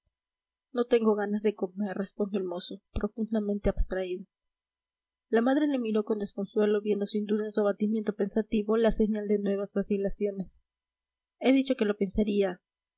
no tengo ganas de comer respondió el mozo profundamente abstraído la madre le miró con desconsuelo viendo sin duda en su abatimiento pensativo la señal de nuevas vacilaciones he dicho que lo pensaría